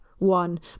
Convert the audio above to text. One